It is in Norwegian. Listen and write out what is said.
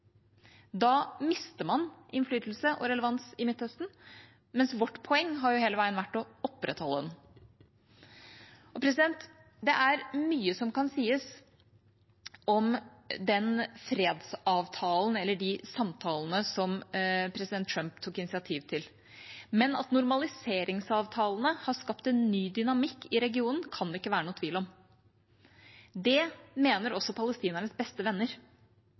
Da mister man innflytelse og relevans i Midtøsten. Vårt poeng har hele veien vært å opprettholde det. Det er mye som kan sies om den fredsavtalen eller de samtalene som president Trump tok initiativ til. Men at normaliseringsavtalene har skapt en ny dynamikk i regionen, kan det ikke være noen tvil om. Det mener også palestinernes beste venner.